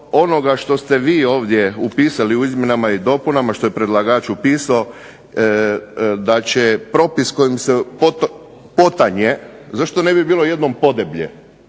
onoga što ste vi ovdje upisali u izmjenama i dopunama, što je predlagač upisao, da će propis kojim se potanje, zašto ne bi bilo jednom podeblje